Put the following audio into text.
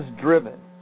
driven